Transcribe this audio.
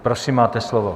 Prosím, máte slovo.